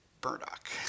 burdock